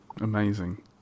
amazing